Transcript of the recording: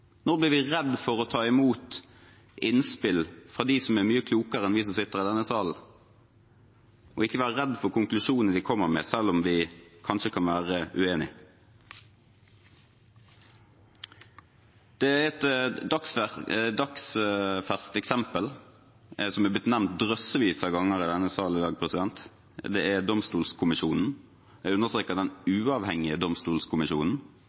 Når ble vi redd for å ta imot innspill fra dem som er mye klokere enn vi som sitter i denne sal? Vi må ikke være redd for konklusjonene de kommer med, selv om vi kanskje kan være uenig. Det er et dagferskt eksempel som er blitt nevnt drøssevis av ganger i denne sal i dag, og det er Domstolkommisjonen. Jeg understreker at det er den